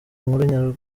nkuru